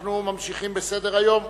אנחנו ממשיכים בסדר-היום,